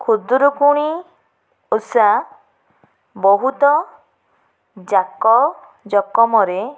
ଖୁଦୁରୁକୁଣୀ ଓଷା ବହୁତ ଜାକଜକମରେ